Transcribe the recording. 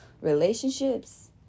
Relationships